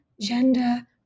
gender